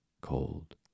Cold